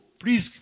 Please